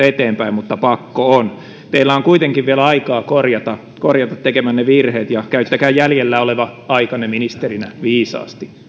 eteenpäin mutta pakko on teillä on kuitenkin vielä aikaa korjata korjata tekemänne virheet käyttäkää jäljellä oleva aikanne ministerinä viisaasti